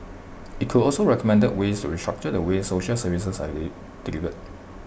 IT could also recommend ways to restructure the way social services are delivered